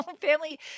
Family